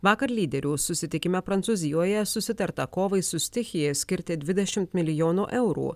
vakar lyderių susitikime prancūzijoje susitarta kovai su stichija skirti dvidešimt milijonų eurų